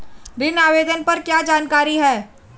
ऋण आवेदन पर क्या जानकारी है?